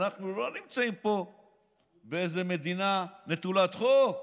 אנחנו לא נמצאים פה באיזה מדינה נטולת חוק.